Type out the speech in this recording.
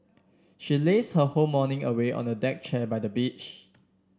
she lazed her whole morning away on a deck chair by the beach